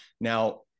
Now